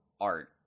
art